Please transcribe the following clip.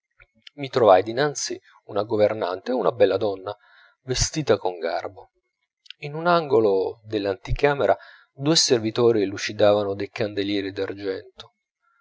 mi trovai dinanzi una governante una bella donna vestita con garbo in un angolo dell'anticamera due servitori lucidavano dei candelieri d'argento